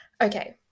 okay